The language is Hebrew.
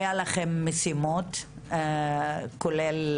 היו לכם משימות, כולל